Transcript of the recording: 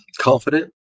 Confident